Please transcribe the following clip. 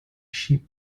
sheep